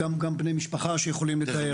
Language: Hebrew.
נמצאים כאן גם בני משפחה שיכולים להתייחס.